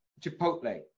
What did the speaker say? chipotle